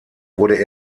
wurde